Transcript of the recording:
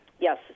Yes